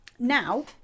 now